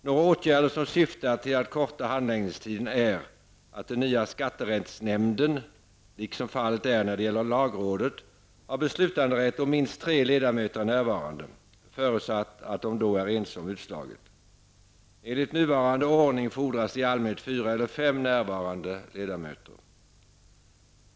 Några åtgärder som syftar till att korta handläggningstiden är att den nya skatterättsnämnden, liksom fallet är när det gäller lagrådet, har beslutanderätt om minst tre ledamöter är närvarande, förutsatt att de då är ense om utslaget. Enligt nuvarande ordning fordras det i allmänhet fyra eller fem närvarande ledamöter.